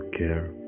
care